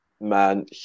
Man